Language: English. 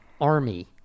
Army